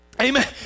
Amen